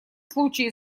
случае